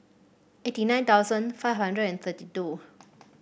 eighty nine thousand five hundred and thirty two